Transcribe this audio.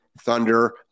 thunder